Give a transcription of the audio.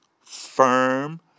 firm